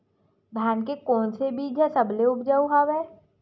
धान के कोन से बीज ह सबले जादा ऊपजाऊ हवय?